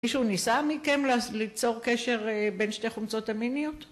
‫מישהו ניסה מכם ליצור קשר ‫בין שתי חומצות אמיניות?